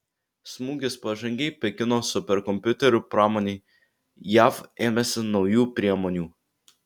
smūgis pažangiai pekino superkompiuterių pramonei jav ėmėsi naujų priemonių